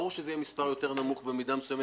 ברור שזה יהיה מספר יותר נמוך במידה מסוימת